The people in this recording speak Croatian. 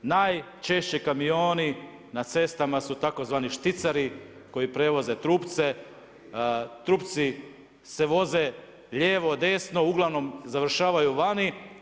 Najčešće kamioni na cestama su tzv. šticari koji prevoze trupci, trupci se voze lijevo, desno uglavnom završavaju vani.